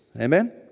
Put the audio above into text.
Amen